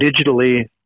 digitally